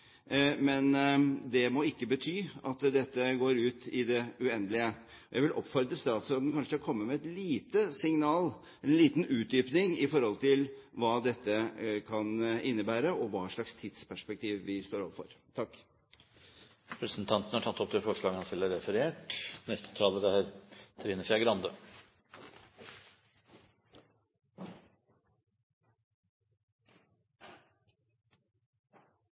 Men det må ikke bety at dette går ut i det uendelige. Jeg vil oppfordre statsråden til kanskje å komme med et lite signal, en liten utdypning: hva dette kan innebære, og hva slags tidsperspektiv vi står overfor. Representanten Olemic Thommessen har tatt opp det forslaget han